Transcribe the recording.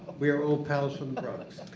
we are all pals on drugs.